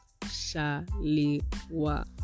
Shaliwa